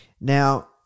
Now